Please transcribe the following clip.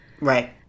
Right